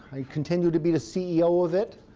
i continue to be the ceo of it.